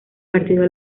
partido